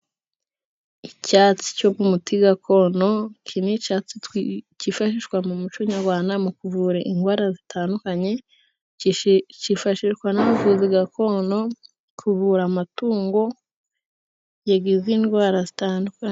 Icyatsi cyo mu muti gakondo , iki ni icyatsi cyifashishwa mu muco Nyarwanda , mu kuvura indwara zitandukanye . Cyifashishwa n'umuvuzi gakondo , kuvura amatungo yagize indwara zitandukanye.